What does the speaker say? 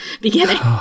beginning